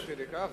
עד כדי כך?